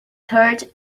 heard